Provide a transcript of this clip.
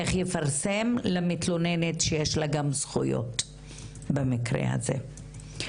איך יפרסם למתלוננת שיש לה גם זכויות במקרה הזה.